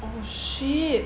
oh shit